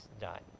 done